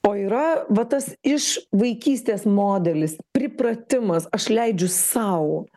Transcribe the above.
o yra va tas iš vaikystės modelis pripratimas aš leidžiu sau